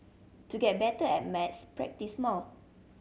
to get better at maths practise more